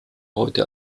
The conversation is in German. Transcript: heute